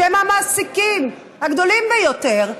שהם המעסיקים הגדולים ביותר,